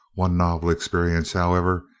one novel experience, however,